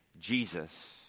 Jesus